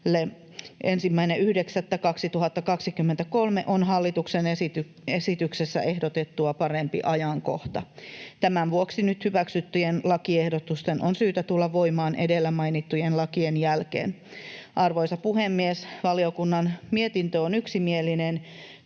1.9.2023 on hallituksen esityksessä ehdotettua parempi ajankohta. Tämän vuoksi nyt hyväksyttyjen lakiehdotusten on syytä tulla voimaan edellä mainittujen lakien jälkeen. Arvoisa puhemies! Valiokunnan mietintö on yksimielinen.